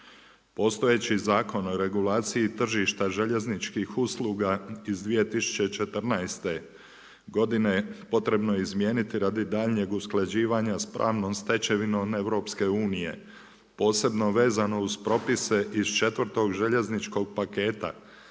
Postojeći Zakon o regulaciji tržišta željezničkih usluga iz 2014. godine potrebno je izmijeniti radi daljnjeg usklađivanja sa pravnom stečevinom EU. Posebno vezano uz propise iz 4. željezničkog paketa